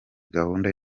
gahunda